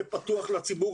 זה פתוח לציבור,